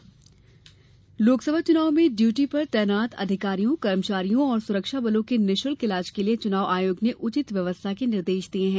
चुनाव निशुल्क इलाज लोकसभा चुनाव में ड्यूटी पर तैनात अधिकारियों कर्मचारियों और सुरक्षा बलों के निशुल्क इलाज के लिए चुनाव आयोग ने उचित व्यवस्था के निर्देश दिए हैं